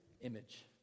image